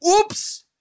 Oops